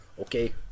okay